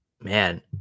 man